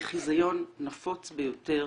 היא חזיון נפוץ ביותר